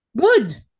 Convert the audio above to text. Good